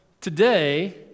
Today